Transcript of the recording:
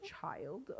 child